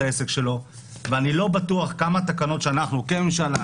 העסק שלו ואני לא בטוח כמה התקנות שאנחנו כממשלה,